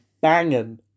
banging